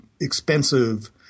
expensive